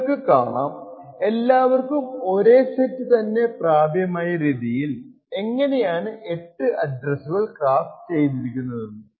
നിങ്ങള്ക്ക് കാണാം എല്ലാവർക്കും ഒരേ സെറ്റ് തന്നെ പ്രാപ്യമായ രീതിയിൽ എങ്ങനെയാണ് 8 അഡ്രെസ്സുകൾ ക്രാഫ്റ്റ് ചെയ്തിരിക്കുന്നതെന്ന്